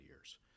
years